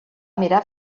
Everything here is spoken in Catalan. mirar